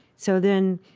so then